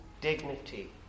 dignity